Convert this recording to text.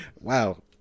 Wow